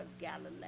Galileo